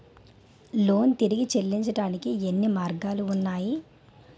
Loan తిరిగి చెల్లించటానికి ఎన్ని మార్గాలు ఉన్నాయి?